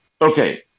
Okay